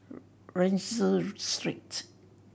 Rienzi Street